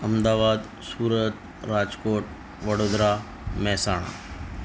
Ahmedabad Surat Rajkot Vadodara Mehsana